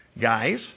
guys